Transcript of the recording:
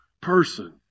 person